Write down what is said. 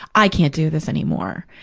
i can't do this anymore.